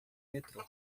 metrô